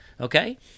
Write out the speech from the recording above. Okay